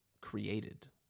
created